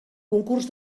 concurs